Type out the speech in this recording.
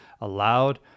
allowed